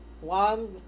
One